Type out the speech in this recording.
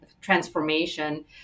transformation